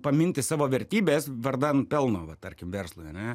paminti savo vertybes vardan pelno va tarkim verslui ane